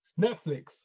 Netflix